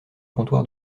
comptoir